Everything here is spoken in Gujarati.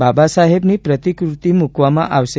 બાબાસાહેબની પ્રતિકૃતિ મૂકવામાં આવશે